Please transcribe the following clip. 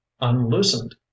unloosened